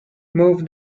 move